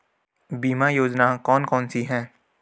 बीमा योजना कौन कौनसी हैं?